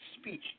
speech